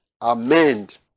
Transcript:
amend